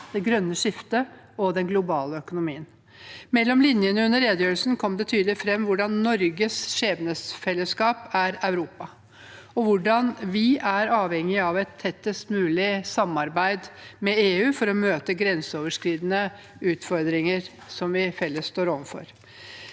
det grønne skiftet og den globale økonomien. Mellom linjene under redegjørelsen kom det tydelig fram hvordan Norges skjebnefellesskap er Europa, og hvordan vi er avhengig av et tettest mulig samarbeid med EU for å møte grenseoverskridende utfordringer som vi felles står overfor.